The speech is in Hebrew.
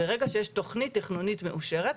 ברגע שיש תכנית תכנונית מאושרת,